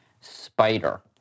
Spider